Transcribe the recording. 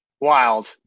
wild